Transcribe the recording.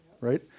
Right